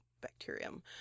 bacterium